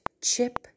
chip